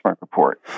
report